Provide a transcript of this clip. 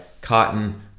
Cotton